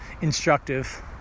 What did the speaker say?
instructive